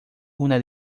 una